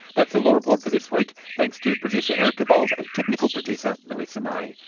that's the law report for this week, thanks to producer erica vowles and technical producer melissa may.